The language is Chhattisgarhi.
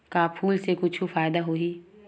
का फूल से कुछु फ़ायदा होही?